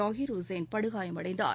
Zakir Hussain படுகாயமடைந்தார்